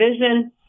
vision